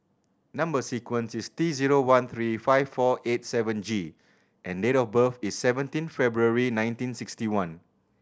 number sequence is T zero one three five four eight seven G and date of birth is seventeen February nineteen sixty one